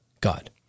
God